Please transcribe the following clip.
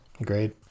agreed